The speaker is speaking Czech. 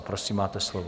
Prosím, máte slovo.